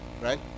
Right